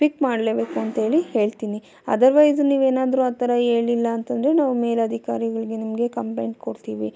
ಪಿಕ್ ಮಾಡಲೇಬೇಕು ಅಂಥೇಳಿ ಹೇಳ್ತೀನಿ ಅದರ್ವೈಸ್ ನೀವೇನಾದರೂ ಆ ಥರ ಹೇಳಿಲ್ಲ ಅಂತ ಅಂದ್ರೆ ನಾವು ಮೇಲಧಿಕಾರಿಗಳಿಗೆ ನಿಮಗೆ ಕಂಪ್ಲೇಂಟ್ ಕೊಡ್ತೀವಿ